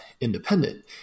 independent